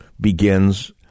begins